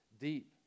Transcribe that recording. deep